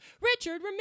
richard